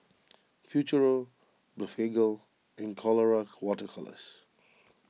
Futuro Blephagel and Colora Water Colours